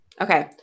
Okay